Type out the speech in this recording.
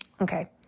okay